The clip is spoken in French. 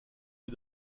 les